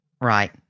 Right